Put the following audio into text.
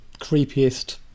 creepiest